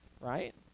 Right